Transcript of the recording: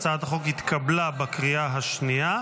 הצעת החוק התקבלה בקריאה השנייה.